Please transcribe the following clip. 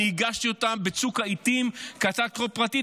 אני הגשתי אותן בצוק העיתים כהצעת חוק פרטית.